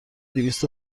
دویست